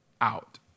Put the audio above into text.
out